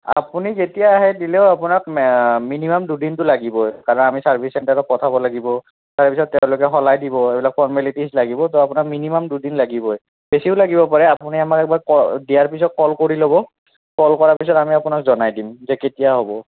আপুনি যেতিয়া আহে দিলেও আপোনাক মিনিমাম দুদিনটো লাগিবই কাৰণ আমি ছাৰ্ভিচ চেণ্টাৰত পঠাব লাগিব তাৰ পিছত তেওঁলোকে সলাই দিব এইবিলাক ফৰ্মেলিটিছ লাগিব তো আপোনাক মিনিমাম দুদিন লাগিবই বেছিও লাগিব পাৰে আপুনি আমাক একবাৰ দিয়াৰ পিছত কল কৰি ল'ব কল কৰাৰ পিছত আমি আপোনাক জনাই দিম যে কেতিয়া হ'ব